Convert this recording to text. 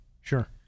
sure